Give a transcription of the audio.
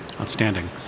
Outstanding